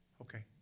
Okay